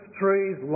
trees